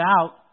out